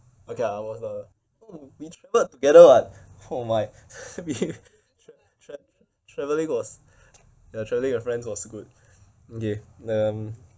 okay I was the w~ we travelled together [what] oh my we tra~ tra~ travelling was ya travelling with friends was good okay um